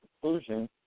conclusion